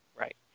Right